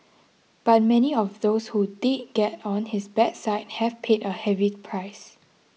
but many of those who did get on his bad side have paid a heavy price